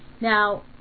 now